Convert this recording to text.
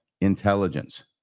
intelligence